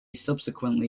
subsequently